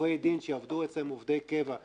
עורכי דין שיעבדו אצלם כעובדי קבע,